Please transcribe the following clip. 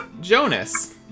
Jonas